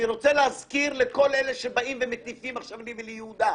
אני רוצה להזכיר לכל אלה שמטיפים לי וליהודה.